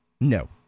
No